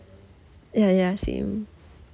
ya ya same